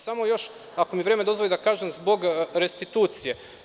Samo još, ako mi vreme dozvoli, da kažem, zbog restitucije.